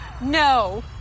No